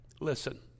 Listen